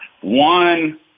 One